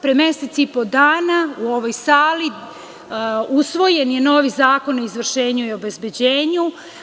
Pre mesec i po dana, u ovoj sali, usvojen je novi Zakon o izvršenju i obezbeđenju.